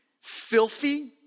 filthy